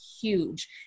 huge